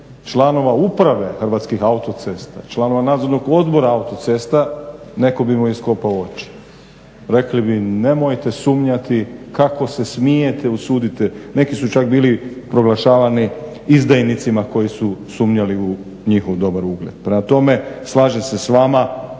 članova Uprave Hrvatskih autocesta, članova Nadzornog odbora autocesta, netko bi mu iskopao oči. Rekli bi nemojte sumnjati, kako se smijete, usudite. Neki su čak bili proglašavani izdajnicima koji su sumnjali u njihov dobar ugled, prema tome slažem se s vama,